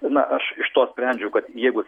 na aš iš to sprendžiu kad jeigu